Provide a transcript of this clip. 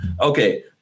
Okay